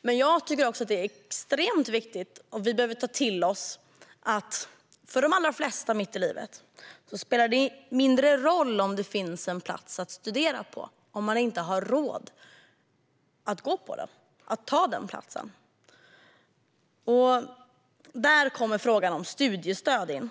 men jag tycker också att det är extremt viktigt att inse att det för de allra flesta mitt i livet spelar mindre roll om det finns en plats att studera på ifall man inte har råd att ta den. Det behöver vi ta till oss. Här kommer frågan om studiestöd in.